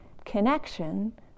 connection